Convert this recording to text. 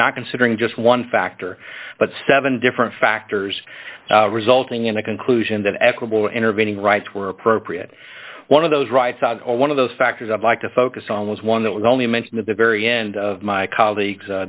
not considering just one factor but seven different factors resulting in a conclusion that equable intervening rights were appropriate one of those rights or one of those factors i'd like to focus on was one that was only mentioned at the very end of my colleagues